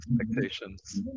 expectations